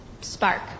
spark